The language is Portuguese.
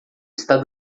está